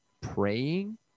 praying